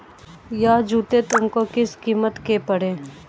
यह जूते तुमको किस कीमत के पड़े?